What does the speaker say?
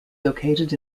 located